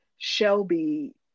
Shelby